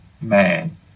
Man